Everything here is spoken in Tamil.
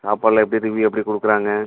சாப்பாடெலாம் எப்படி ரிவ்யூ எப்படி கொடுக்குறாங்க